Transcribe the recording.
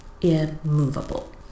immovable